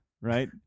Right